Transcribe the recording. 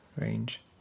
range